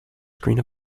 screen